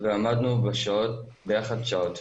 ועמדנו ביחד שעות.